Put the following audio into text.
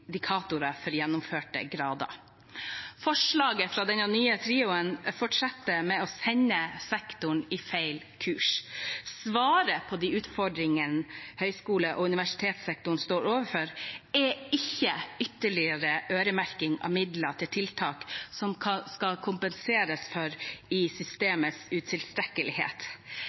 for gjennomførte grader. Forslaget fra denne nye trioen fortsetter med å sende sektoren på feil kurs. Svaret på de utfordringene høyskole- og universitetssektoren står overfor, er ikke ytterligere øremerking av midler til tiltak som skal kompensere systemets utilstrekkelighet.